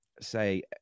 say